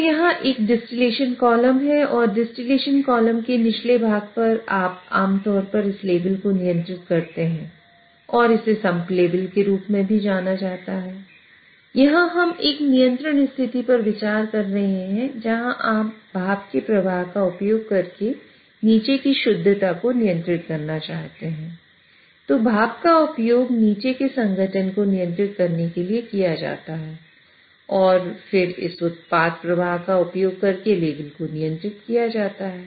तो यहाँ एक डिस्टिलेशन कॉलम को नियंत्रित करने के लिए किया जाता है और फिर इस उत्पाद प्रवाह का उपयोग करके लेवल को नियंत्रित किया जाता है